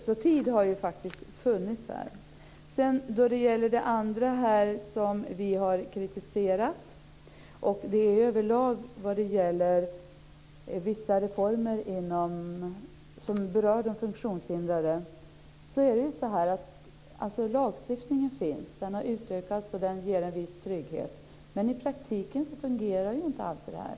Så tid har faktiskt funnits här! Då det gäller det andra som vi har kritiserat är det överlag så, vad gäller vissa reformer som berör de funktionshindrade, att lagstiftningen finns, har utökats och ger en viss trygghet, men i praktiken fungerar ju inte alltid det här.